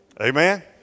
Amen